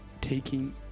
taking